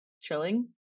chilling